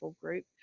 group